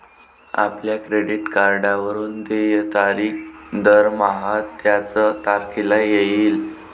आपल्या क्रेडिट कार्डवरून देय तारीख दरमहा त्याच तारखेला येईल